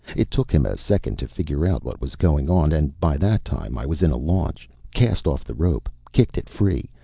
it took him a second to figure out what was going on, and by that time i was in a launch, cast off the rope, kicked it free,